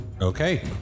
Okay